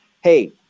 hey